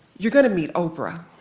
you're going to meet oprah.